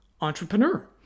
entrepreneur